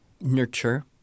Nurture